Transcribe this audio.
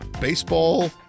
baseball